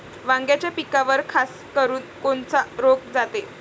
वांग्याच्या पिकावर खासकरुन कोनचा रोग जाते?